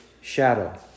shadow